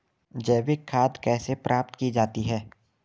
जैविक खाद कैसे प्राप्त की जाती है?